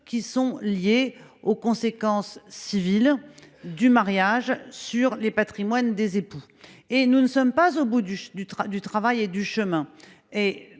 qui sont liés aux conséquences civiles du mariage sur les patrimoines des époux. Nous ne sommes pas encore au bout du chemin.